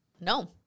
No